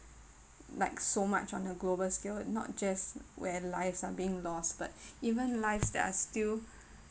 like so much on a global scale not just where lives are being lost but even lives that are still